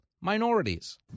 Minorities